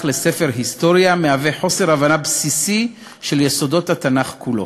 לספר היסטוריה מבטא חוסר הבנה בסיסי של יסודות התנ"ך כולו.